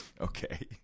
Okay